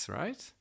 right